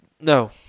no